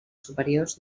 superiors